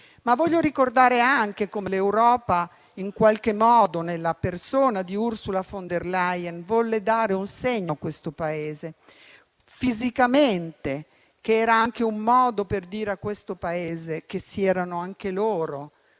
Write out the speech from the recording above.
Ma voglio ricordare anche come l'Europa, in qualche modo nella persona di Ursula von der Leyen, volle dare un segno a questo Paese, che era anche un modo per dire a questo Paese che si erano anche loro